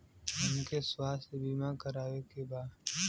हमके स्वास्थ्य बीमा करावे के बा?